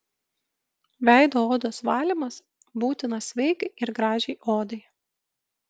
veido odos valymas būtinas sveikai ir gražiai odai